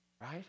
right